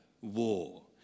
war